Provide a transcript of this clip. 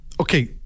Okay